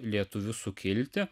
lietuvius sukilti